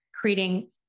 creating